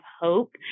hope